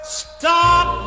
stop